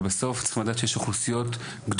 אבל בסוף צריך לדעת שיש אוכלוסיות גדולות,